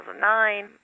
2009